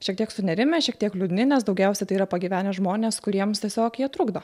šiek tiek sunerimę šiek tiek liūdni nes daugiausiai tai yra pagyvenę žmonės kuriems tiesiog jie trukdo